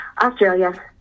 Australia